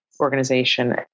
organization